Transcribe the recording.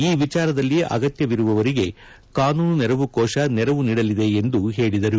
ಈ ವಿಚಾರದಲ್ಲಿ ಅಗತ್ತವಿರುವವರಿಗೆ ಕಾನೂನು ನೆರವು ಕೋಶ ನೆರವು ನೀಡಲಿದೆ ಎಂದು ಅವರು ಹೇಳಿದರು